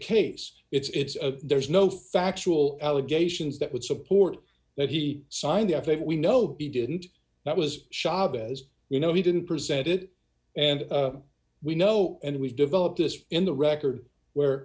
case it's a there's no factual allegations that would support that he signed the i think we know he didn't that was chavez you know he didn't present it and we know and we've developed this in the record where